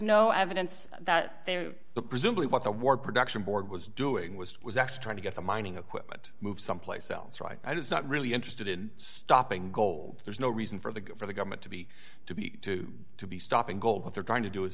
no evidence that they were presumably what the war production board was doing was it was actually trying to get the mining equipment move someplace else right it's not really interested in stopping goal there's no reason for the for the government to be to be to be stopping gold what they're trying to do is